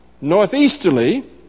Northeasterly